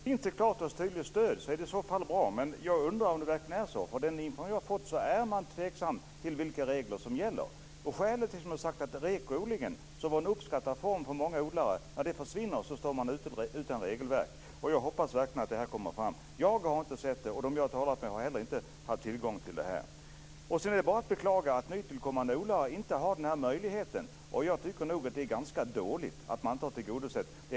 Herr talman! Står det klart och tydligt "stöd" är det i så fall bra, men jag undrar det verkligen är så. Enligt den information jag har fått är man tveksam till vilka regler som gäller. Skälet är att om REKO odlingen, som var en uppskattad form för många odlare, försvinner står man utan regelverk. Jag hoppas verkligen att det här kommer fram. Jag har inte sett det, och dem jag har talat med har heller inte haft tillgång till det. Sedan är det bara att beklaga att nytillkommande odlare inte har den här möjligheten. Jag tycker nog att det är ganska dåligt att man inte har tillgodosett dem.